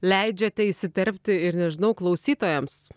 leidžiate įsiterpti ir nežinau klausytojams